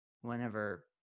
whenever